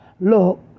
Look